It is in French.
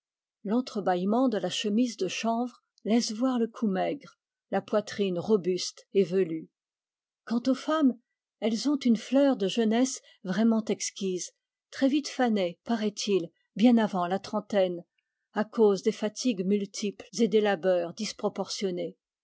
l'entre-bâillement de la chemise de chanvre laisse voir le cou maigre la poitrine robuste et velue quant aux femmes elles ont une fleur de jeunesse vraiment exquise très vite fanée paraît-il bien avant la trentaine à cause des fatigues multiples et des labeurs disproportionnés